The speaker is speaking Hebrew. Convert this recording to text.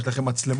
יש לכם מצלמות?